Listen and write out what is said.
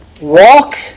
walk